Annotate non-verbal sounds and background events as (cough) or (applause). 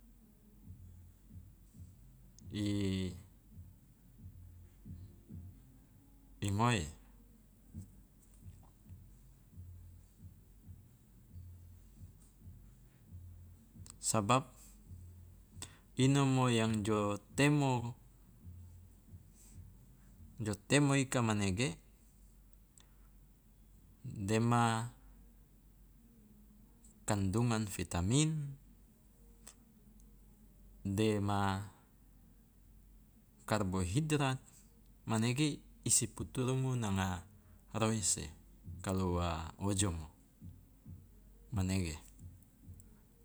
(noise) (hesitation) i ngoe, sabab inomo yang jo temo jo temo ika manege dema kandungan vitamin, de ma karbohidrat, manege i si puturungu nanga roese kalu wa ojomo, manege.